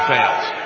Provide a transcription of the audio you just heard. Fails